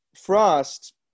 Frost